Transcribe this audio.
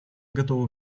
готова